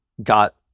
got